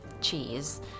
cheese